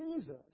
Jesus